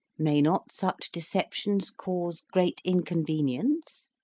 may not such deceptions cause great inconvenience?